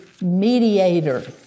mediator